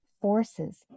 forces